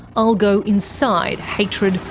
i'll go inside hatred,